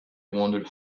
wondered